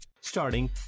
Starting